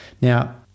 Now